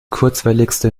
kurzwelligste